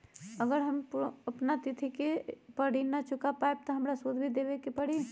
अगर हम अपना तिथि पर ऋण न चुका पायेबे त हमरा सूद भी देबे के परि?